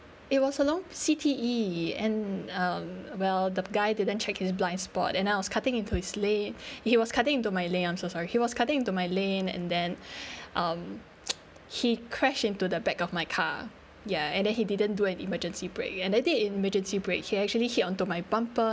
it was along C_T_E and um well the guy didn't check his blind spot and I was cutting into his lane he was cutting into my lane I'm so sorry he was cutting into my lane and then um he crashed into the back of my car ya and then he didn't do an emergency brake and I did emergency break he actually hit onto my bumper